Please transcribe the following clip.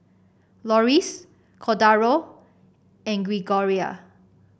Loris Cordaro and Gregoria